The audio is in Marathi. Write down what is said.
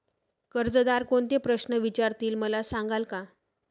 कर्जदार कोणते प्रश्न विचारतील, मला सांगाल का?